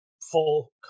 full